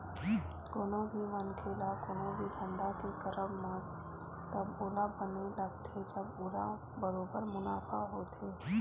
कोनो भी मनखे ल कोनो भी धंधा के करब म तब ओला बने लगथे जब ओला बरोबर मुनाफा होथे